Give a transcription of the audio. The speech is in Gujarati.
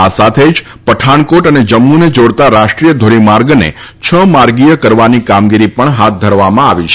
આ સાથે જ પઠાણકોટ અને જમ્મુને જોડતાં રાષ્ટ્રીય ધોરીમાર્ગને છ માર્ગીય કરવાની કામગીરી પણ હાથ ધરવામાં આવી છે